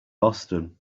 boston